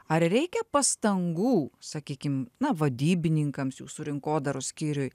ar reikia pastangų sakykim na vadybininkams jūsų rinkodaros skyriui